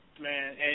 man